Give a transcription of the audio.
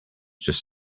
just